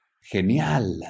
genial